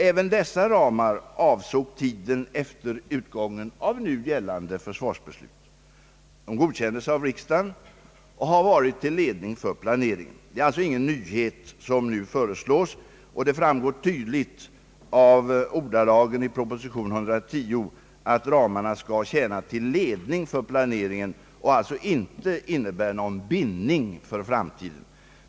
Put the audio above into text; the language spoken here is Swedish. Även dessa ramar avsåg tiden efter utgången av nu gällande försvarsbeslut. De godkändes av riksdagen och har varit till ledning för planeringen. Det är alltså ingen nyhet som nu föreslås, och det framgår tydligt av ordlagen i proposition nr 110 att ramarna skall tjäna till ledning för planeringen och således inte innebär någon bindning för framtiden.